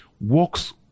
works